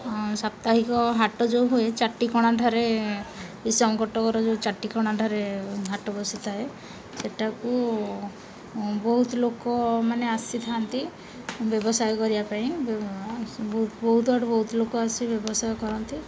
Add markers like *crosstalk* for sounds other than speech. ସାପ୍ତାହିକ ହାଟ ଯେଉଁ ହୁଏ ଚାଟି କଣା ଠାରେ *unintelligible* ଯେଉଁ ଚାଟି କଣା ଢାରେ ହାଟ ବସିଥାଏ ସେଇଟାକୁ ବହୁତ ଲୋକମାନେ ଆସିଥାନ୍ତି ବ୍ୟବସାୟ କରିବା ପାଇଁ ବହୁତ ବହୁତ ଆଡ଼େ ବହୁତ ଲୋକ ଆସି ବ୍ୟବସାୟ କରନ୍ତି